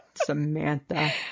Samantha